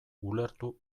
ulertu